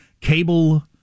cable